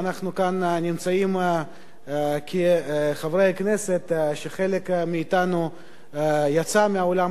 אנחנו נמצאים כאן כחברי כנסת שחלק מאתנו יצא מהעולם הזה,